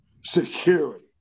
security